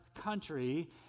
country